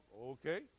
okay